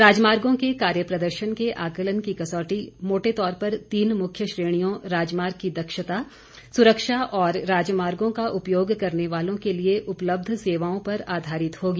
राजमार्गों के कार्य प्रदर्शन के आकलन की कसौटी मोटे तौर पर तीन मुख्य श्रेणियों राजमार्ग की दक्षता सुरक्षा और राजमार्गों का उपयोग करने वालों के लिए उपलब्ध सेवाएं पर आधारित होगी